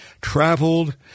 traveled